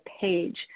page